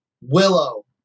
willow